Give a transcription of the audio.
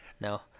No